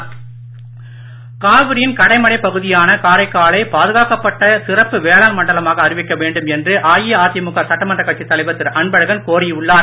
அன்பழகன் காவிரியின் கடைமடைப் பகுதியான காரைக்காலை பாதுகாக்கப்பட்ட சிறப்பு வேளாண் மண்டலமாக அறிவிக்க வேண்டும் என்று அஇஅதிமுக சட்டமன்றக் கட்சித் தலைவர் திரு அன்பழகன் கூறி உள்ளார்